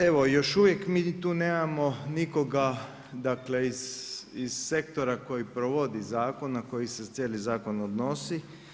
Evo, još uvijek mi tu nemamo nikoga dakle, iz sektora koji provodi zakon a koji se cijeli zakon odnosi.